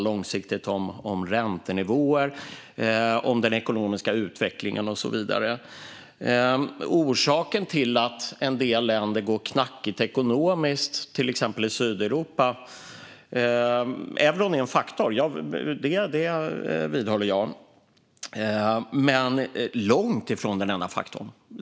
Långsiktigt kan det handla om räntenivåer, om den ekonomiska utvecklingen och så vidare. När det gäller orsaken till att en del länder går knackigt ekonomiskt i till exempel Sydeuropa är euron en faktor - det vidhåller jag. Men den är långt ifrån den enda.